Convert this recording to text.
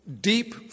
deep